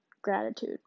Gratitude